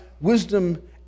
wisdom